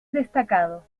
destacado